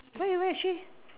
where is where is she